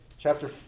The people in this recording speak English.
Chapter